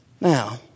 Now